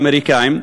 האמריקנים.